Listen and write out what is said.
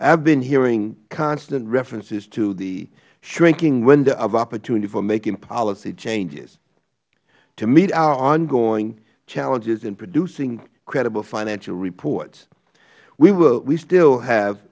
have been hearing constant references to the shrinking window of opportunity for making policy changes to meet our ongoing challenges in producing credible financial reports we still have